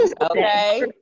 okay